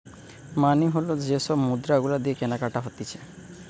মানি হল যে সব মুদ্রা গুলা দিয়ে কেনাকাটি হতিছে